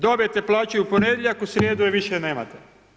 Dobijete plaću u ponedjeljak, u srijedu je više nemate.